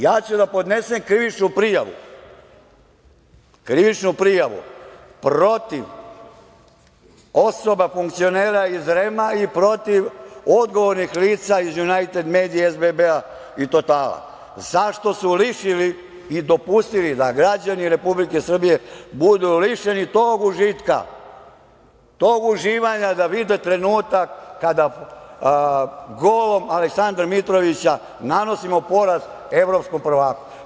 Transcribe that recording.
Ja ću da podnesem krivičnu prijavu protiv osoba funkcionera iz REM-a i protiv odgovornih lica iz „Junajted medije“, „SBB-a“ i „Totala“ zato što su lišili i dopustili da građani Republike Srbije budu lišeni tog užitka, tog uživanja da vide trenutak kada golom Aleksandra Mitrovića nanosimo poraz evropskom prvaku?